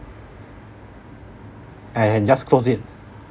and just close it